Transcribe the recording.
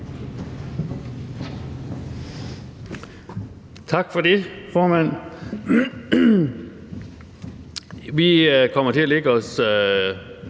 Tak for det, formand. Vi kommer til at lægge os